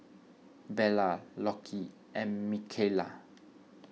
Bella Lockie and Mikayla